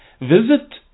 Visit